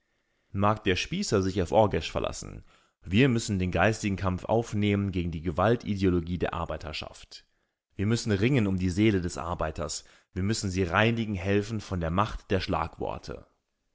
mag der spießer sich auf orgesch verlassen wir müssen den geistigen kampf aufnehmen gegen die gewaltideologie der arbeiterschaft wir müssen ringen um die seele des arbeiters wir müssen sie reinigen helfen von der macht der schlagworte